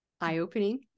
eye-opening